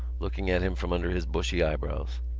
looking at him from under his bushy eyebrows.